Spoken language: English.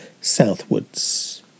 southwards